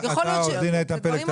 עורך דין פלג,